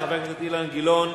תודה רבה לחבר הכנסת אילן גילאון.